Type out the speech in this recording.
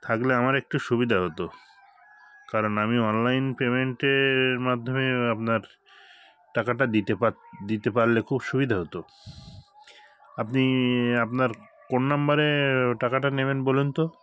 থাকলে আমার একটু সুবিধা হতো কারণ আমি অনলাইন পেমেন্টের মাধ্যমে আপনার টাকাটা দিতে দিতে পারলে খুব সুবিধে হতো আপনি আপনার কোন নাম্বারে টাকাটা নেবেন বলুন তো